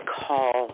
call